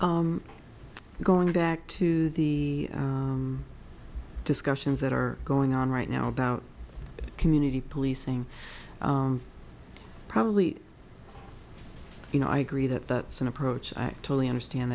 get going back to the discussions that are going on right now about community policing probably you know i agree that that's an approach i totally understand